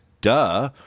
duh